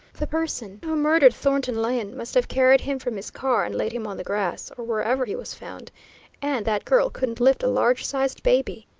the person who murdered thornton lyne must have carried him from his car and laid him on the grass, or wherever he was found and that girl couldn't lift a large-sized baby.